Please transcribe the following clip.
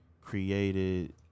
created